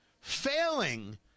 failing